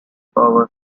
power